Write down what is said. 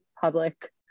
public